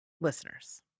listeners